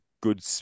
good